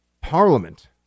parliament